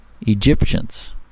Egyptians